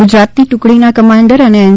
ગુજરાતની ટુકડીના કમાન્ડર અને એન